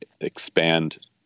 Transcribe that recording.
expand